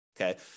Okay